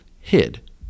hid